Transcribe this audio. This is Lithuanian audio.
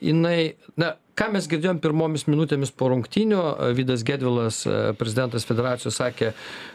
jinai na ką mes girdėjom pirmomis minutėmis po rungtynių vydas gedvilas prezidentas federacijos sakė